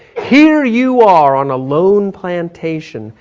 here you are on a lone plantation,